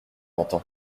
entend